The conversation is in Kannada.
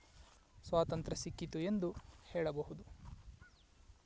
ಸ್ವಾತಂತ್ರ್ಯ ಸಿಕ್ಕಿತ್ತು ಎಂದು ಹೇಳಬಹುದು